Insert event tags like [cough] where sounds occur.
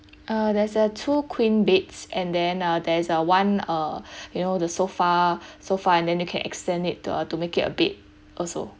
uh there's a two queen beds and then uh there's a one uh [breath] you know the sofa [breath] sofa and then you can extend it to uh to make it a bed also